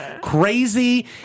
crazy